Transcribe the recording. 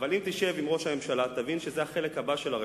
אבל אם תשב עם ראש הממשלה תבין שזה החלק הבא של הרפורמה.